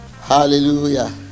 Hallelujah